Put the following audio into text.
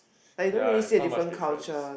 ya there's not much difference